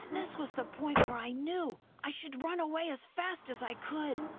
and this was the point where i knew i should run away as fast as i could,